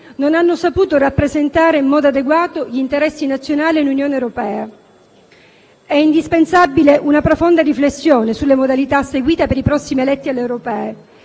non hanno saputo rappresentare in modo adeguato gli interessi nazionali in ambito comunitario. È indispensabile una profonda riflessione sulla modalità seguita per i prossimi eletti alle elezioni